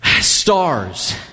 Stars